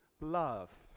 love